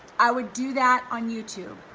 i would do that on youtube.